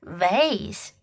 vase